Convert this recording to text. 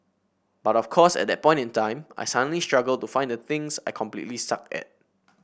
but of course at that point in time suddenly I struggle to find the things I completely suck at